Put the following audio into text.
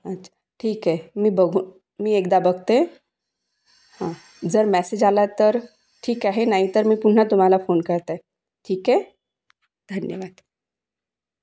अच्छा ठीक आहे मी बघू मी एकदा बघते जर मॅसेज आला तर ठीक आहे नाही तर मी पुन्हा तुम्हाला फोन करते ठीक आहे धन्यवाद